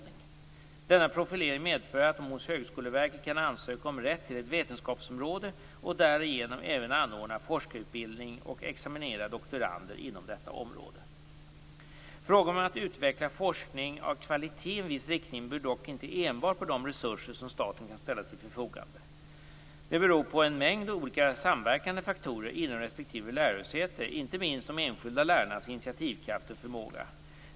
Denna profilering medför att de hos Högskoleverket kan ansöka om rätt till ett vetenskapsområde och därigenom även anordna forskarutbildning och examinera doktorander inom detta område. Frågan om att utveckla forskning av kvalitet i en viss riktning beror dock inte enbart på de resurser som staten kan ställa till förfogande. Den beror på en mängd olika samverkande faktorer inom respektive lärosäte, inte minst de enskilda lärarnas initiativkraft och förmåga.